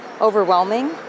overwhelming